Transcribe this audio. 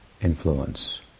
influence